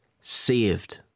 saved